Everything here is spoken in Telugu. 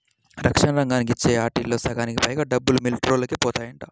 రక్షణ రంగానికి ఇచ్చే ఆటిల్లో సగానికి పైగా డబ్బులు మిలిటరీవోల్లకే బోతాయంట